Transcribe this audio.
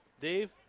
Dave